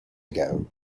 ago